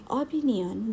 opinion